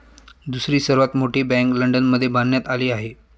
दुसरी सर्वात मोठी बँक लंडनमध्ये बांधण्यात आली आहे